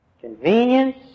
Convenience